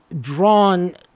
drawn